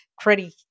credit